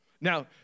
Now